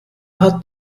hat